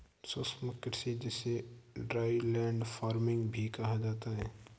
शुष्क कृषि जिसे ड्राईलैंड फार्मिंग भी कहा जाता है